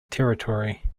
territory